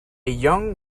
young